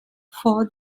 vor